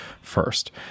first